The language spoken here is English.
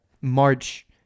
March